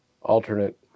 alternate